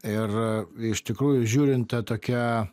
ir iš tikrųjų žiūrint ta tokia